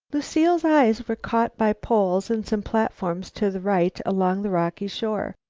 lucile's eyes were caught by poles and some platforms to the right, along the rocky shore.